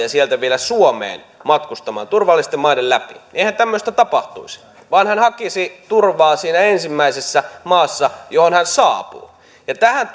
ja sieltä vielä suomeen matkustamaan turvallisten maiden läpi tapahtuisi vaan hän hakisi turvaa siinä ensimmäisessä maassa johon hän saapuu tähän